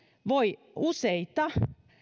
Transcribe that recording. voi useita